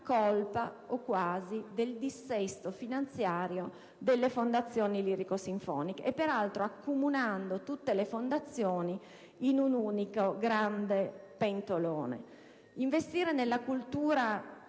colpevoli, o quasi, del dissesto finanziario delle fondazioni lirico-sinfoniche, e peraltro accomunando tutte le fondazioni in un unico, grande pentolone. Investire nella cultura